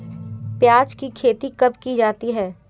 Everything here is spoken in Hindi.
प्याज़ की खेती कब की जाती है?